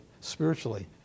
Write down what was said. spiritually